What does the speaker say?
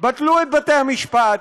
בטלו את בתי המשפט,